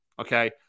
Okay